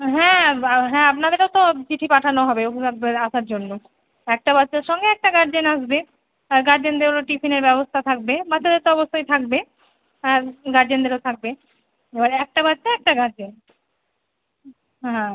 হ্যাঁ হ্যাঁ আপনাদেরকে তো চিঠি পাঠানো হবে অভিভাববদের আসার জন্য একটা বাচ্চার সঙ্গে একটা গার্জেন আসবে আর গার্জেনদেরও টিফিনের ব্যবস্থা থাকবে বাচ্চাদের তো অবশ্যই থাকবে আর গার্জেনদেরও থাকবে এবারে একটা বাচ্চা একটা গার্জেন হ্যাঁ হ্যাঁ